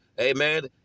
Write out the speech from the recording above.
amen